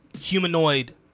humanoid